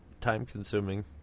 time-consuming